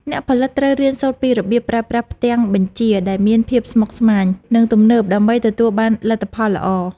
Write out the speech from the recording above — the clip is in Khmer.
អ្នកផលិតត្រូវរៀនសូត្រពីរបៀបប្រើប្រាស់ផ្ទាំងបញ្ជាដែលមានភាពស្មុគស្មាញ និង ទំនើបដើម្បីទទួលបានលទ្ធផលល្អ។